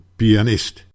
pianist